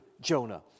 Jonah